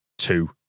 Two